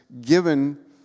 given